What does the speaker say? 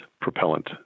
propellant